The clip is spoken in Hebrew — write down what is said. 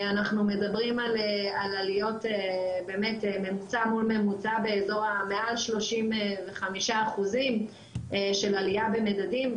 אנחנו מדברים על עליות ממוצע מול ממוצע של מעל 35% של עליה במדדים,